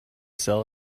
sell